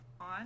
on